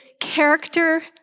character